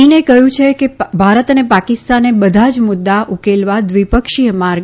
ચીને કહ્યું છે કે ભારત અને પાકિસ્તાને બધા જ મુદ્દા ઉકેલવા દ્વિપક્ષીય માર્ગ